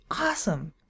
awesome